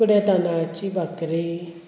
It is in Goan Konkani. फुडें तांदळाची बाकरी